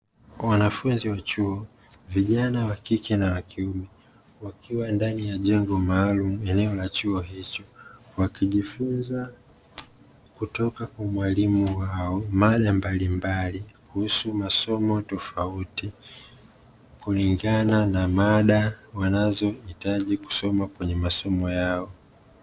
Wanafunzi wa chuo vijana wakike na wakiume wakiwa ndani ya jengo maalumu eneo la chuo hicho, wakijifunza kutoka kwa mwalimu wao mada mbalimbali kuhusu masomo tofauti. Kulingana na mada wanazohitaji kusoma kwenye masomo yao.